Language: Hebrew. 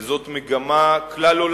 וזאת מגמה כלל-עולמית,